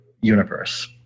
universe